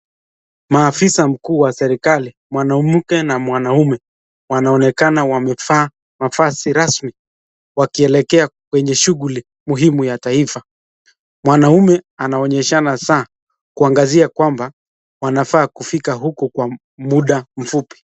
Maafisa mkuu wa serikali, mwanamke na mwanaume, wanaonekana wamevaa mavazi rasmi wakielekea kwenye shughuli muhimu ya taifa. Mwanaume anaonyeshana saa kuangazia kwamba wanafaa kufika huko kwa muda mfupi.